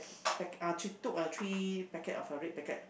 packet uh she took a three packet of a red packet